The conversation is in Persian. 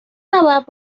نباید